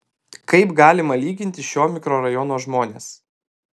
kaip galima lyginti šio mikrorajono žmones